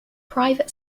private